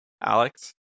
Alex